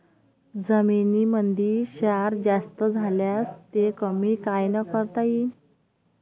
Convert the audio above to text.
जमीनीमंदी क्षार जास्त झाल्यास ते कमी कायनं करता येईन?